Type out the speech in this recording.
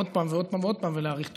עוד פעם ועוד פעם ועוד פעם ולהאריך תוקף.